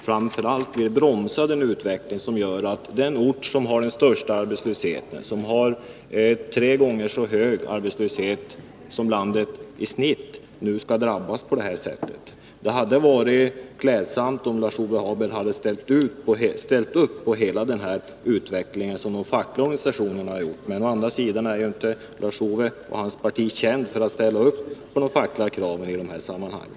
Framför allt vill han bromsa utvecklingen, vilket gör att den ort som har den största arbetslösheten, med tre gånger så hög arbetslöshet som landet i genomsnitt, kommer att drabbas. Det hade varit klädsamt om Lars-Ove Hagberg hade ställt upp på hela utvecklingsprocessen — som de fackliga organisationerna har gjort. Å andra sidan är inte Lars-Ove Hagberg och hans parti kända för att ställa upp på de fackliga kraven i sådana här sammanhang.